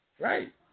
Right